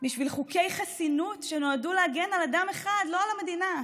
בשביל חוקי חסינות שנועדו להגן על אדם אחד ולא על המדינה?